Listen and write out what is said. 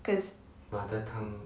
because